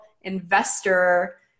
investor